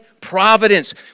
providence